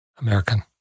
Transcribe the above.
American